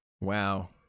Wow